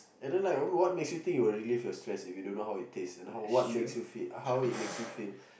and then like what makes you think it will relieve your stress if you don't know how it taste and how what makes you feel how it makes you feel